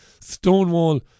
Stonewall